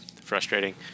frustrating